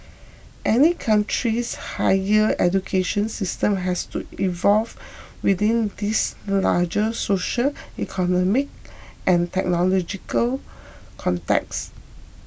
any country's higher education system has to evolve within these larger social economic and technological contexts